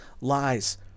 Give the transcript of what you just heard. lies